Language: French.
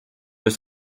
veux